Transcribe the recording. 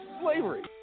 slavery